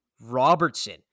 Robertson